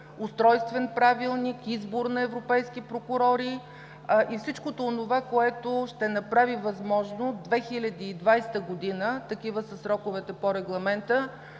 устройствен правилник, избор на европейски прокурори и всичко онова, което ще направи възможно 2020 г. – такива са сроковете по регламента,